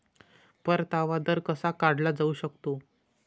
परतावा दर कसा काढला जाऊ शकतो?